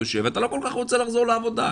ואתה לא כל כך רוצה לחזור לעבודה.